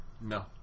no